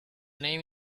name